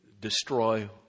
destroy